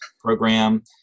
program